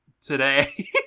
today